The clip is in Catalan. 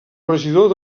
regidor